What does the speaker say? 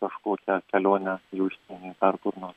kažkokią kelionę į užsienį dar kur nors